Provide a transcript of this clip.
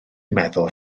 meddwl